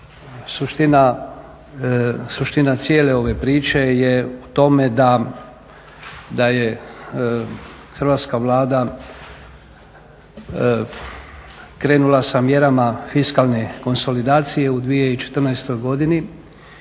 suština cijele ove priče je u tome da je hrvatska Vlada krenula sa mjerama fiskalne konsolidacije u 2014.godini